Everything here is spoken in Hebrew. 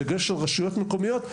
בדגש על רשויות מקומיות,